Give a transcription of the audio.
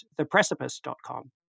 theprecipice.com